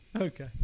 Okay